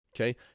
okay